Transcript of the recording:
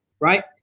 right